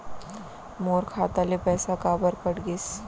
मोर खाता ले पइसा काबर कट गिस?